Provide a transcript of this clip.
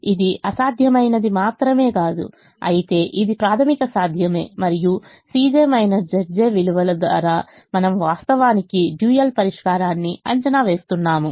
ఇది అసాధ్యమైనది మాత్రమే కాదు అయితే ఇది ప్రాథమిక సాధ్యమే మరియు విలువల ద్వారా మనం వాస్తవానికి డ్యూయల్ పరిష్కారాన్ని అంచనా వేస్తున్నాము